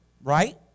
right